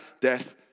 death